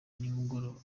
nimugoroba